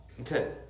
Okay